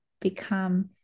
become